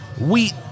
wheat